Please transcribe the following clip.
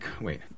Wait